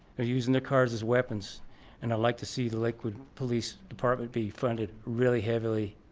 they're using their cars as weapons and i'd like to see the liquid police department be funded really heavily